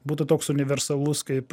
būtų toks universalus kaip